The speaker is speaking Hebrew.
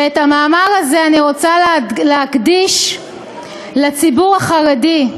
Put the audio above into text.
ואת המאמר הזה אני רוצה להקדיש לציבור החרדי,